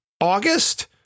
August